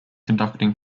conducting